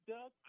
Doug